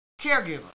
caregiver